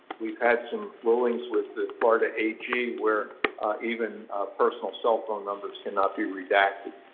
we've had some rulings with the florida ag where even personal cell phone numbers cannot be redacted,